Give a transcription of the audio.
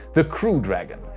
the crew dragon.